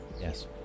Yes